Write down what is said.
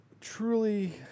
truly